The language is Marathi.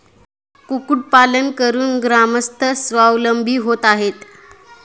कुक्कुटपालन करून ग्रामस्थ स्वावलंबी होत आहेत